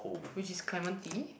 which is clementi